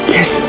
Yes